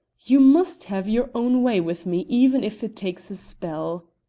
you must have your own way with me, even if it takes a spell!